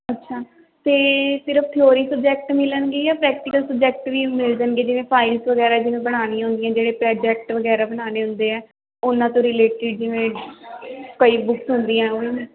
ਅੱਛਾ ਤਾਂ ਸਿਰਫ਼ ਥਿਓਰੀ ਸਬਜੈਕਟ ਮਿਲਣਗੇ ਜਾਂ ਪ੍ਰੈਕਟੀਕਲ ਸਬਜੈਕਟ ਨਹੀਂ ਮਿਲ ਜਾਣਗੇ ਜਿਵੇਂ ਫਾਈਲਸ ਵਗੈਰਾ ਵੀ ਬਣਾਉਣੀ ਹੁੰਦੀ ਜਿਹੜੇ ਪ੍ਰੋਜੈਕਟ ਵਗੈਰਾ ਬਣਾਉਣੇ ਹੁੰਦੇ ਆ ਉਹਨਾਂ ਤੋਂ ਰਿਲੇਟਡ ਜਿਵੇਂ ਕਈ ਬੁੱਕਸ ਹੁੰਦੀਆਂ ਉਹ ਵੀ